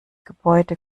gebäude